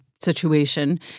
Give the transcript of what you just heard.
situation